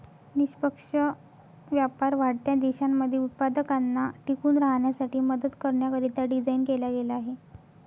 निष्पक्ष व्यापार वाढत्या देशांमध्ये उत्पादकांना टिकून राहण्यासाठी मदत करण्याकरिता डिझाईन केला गेला आहे